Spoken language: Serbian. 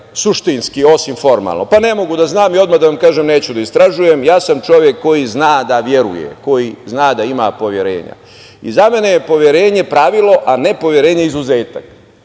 suštinski, osim formalno. Pa, ne mogu da znam i odmah da vam kažem, neću da istražujem, ja sam čovek koji zna da veruje, koji zna da ima poverenja. Za mene je poverenje pravilo, a ne poverenje izuzetak.